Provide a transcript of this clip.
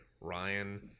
Ryan